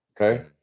okay